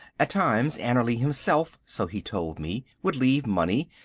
at times annerly himself, so he told me, would leave money,